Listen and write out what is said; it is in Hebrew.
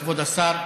כבוד השר.